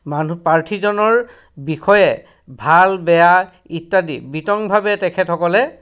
মানুহ প্ৰাৰ্থীজনৰ বিষয়ে ভাল বেয়া ইত্যাদি বিতংভাৱে তেখেতসকলে